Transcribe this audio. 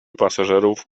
pasażerów